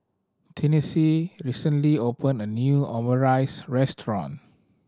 Tennessee recently opened a new Omurice Restaurant